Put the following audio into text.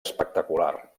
espectacular